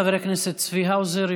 חבר הכנסת צבי האוזר,